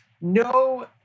No